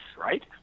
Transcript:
right